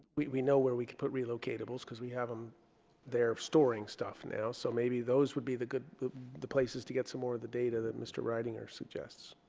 we we know where we can put relocatables because we have them they're storing stuff now so maybe those would be the good places to get some more of the data that mr. reitinger suggests